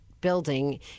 building